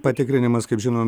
patikrinimas kaip žinom